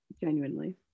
Genuinely